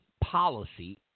policy